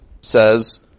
says